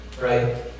Right